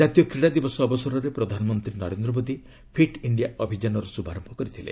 ଜାତୀୟ କ୍ରୀଡ଼ା ଦିବସ ଅବସରରେ ପ୍ରଧାନମନ୍ତ୍ରୀ ନରେନ୍ଦ୍ର ମୋଦି ଫିଟ୍ ଇଣ୍ଡିଆ ଅଭିଯାନର ଶୁଭାରମ୍ଭ କରିଥିଲେ